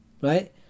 Right